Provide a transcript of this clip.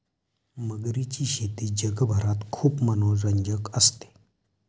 मगरीची शेती जगभरात खूप मनोरंजक असते